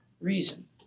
reason